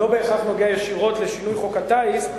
זה לא בהכרח נוגע ישירות לשינוי חוק הטיס,